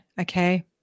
Okay